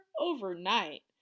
overnight